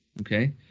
okay